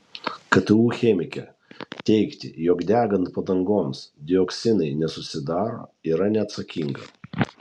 ktu chemikė teigti jog degant padangoms dioksinai nesusidaro yra neatsakinga